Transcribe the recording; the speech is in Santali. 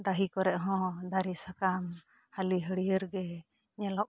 ᱰᱟᱹᱦᱤ ᱠᱚᱨᱮ ᱦᱚᱸ ᱫᱟᱹᱨᱤ ᱠᱚᱨᱮ ᱦᱚᱸ ᱫᱟᱨᱮ ᱥᱟᱠᱟᱢ ᱦᱟᱞᱤ ᱦᱟᱹᱨᱭᱟᱹᱲ ᱜᱮ ᱧᱮᱞᱚᱜ ᱠᱟᱱᱟ